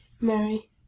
Mary